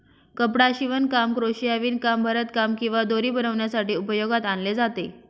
कपडा शिवणकाम, क्रोशिया, विणकाम, भरतकाम किंवा दोरी बनवण्यासाठी उपयोगात आणले जाते